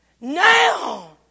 Now